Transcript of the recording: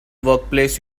workplace